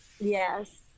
Yes